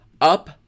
up